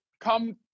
come